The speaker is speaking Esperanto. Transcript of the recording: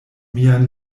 mian